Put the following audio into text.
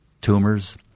tumors